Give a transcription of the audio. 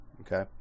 okay